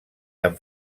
han